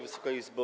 Wysoka Izbo!